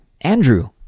Andrew